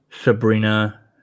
Sabrina